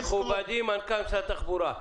מכובדי מנכ"ל משרד התחבורה,